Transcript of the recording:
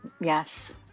Yes